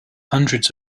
hundreds